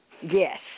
Yes